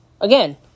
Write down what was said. Again